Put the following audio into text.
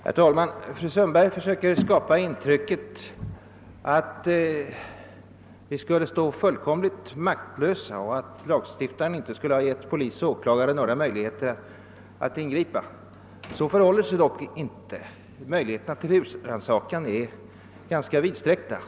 Herr talman! Fru Sundberg försöker skapa intrycket att vi skulle stå fullkomligt maktlösa och att lagstiftaren inte skulle ha givit polis och åklagare några möjligheter att ingripa. Så förhåller det sig inte. Möjligheterna till husrannsakan är ganska vidsträckta.